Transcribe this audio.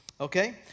Okay